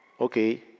Okay